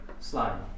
slide